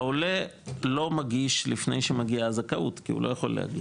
העולה לא מגיש לפני שמגיעה הזכאות כי הוא לא יכול להגיש,